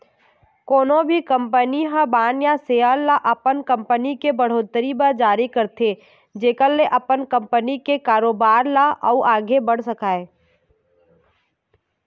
कोनो भी कंपनी ह बांड या सेयर ल कंपनी के बड़होत्तरी बर जारी करथे जेखर ले अपन कंपनी के कारोबार ल अउ बढ़ाय सकय